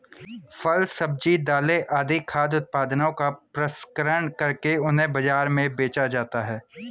फल, सब्जी, दालें आदि खाद्य उत्पादनों का प्रसंस्करण करके उन्हें बाजार में बेचा जाता है